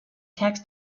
tax